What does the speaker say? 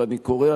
ואני קורא,